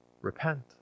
repent